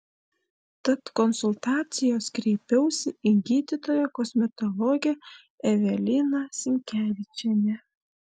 tad konsultacijos kreipiausi į gydytoją kosmetologę eveliną sinkevičienę